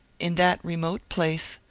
in that remote place,